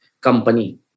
company